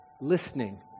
listening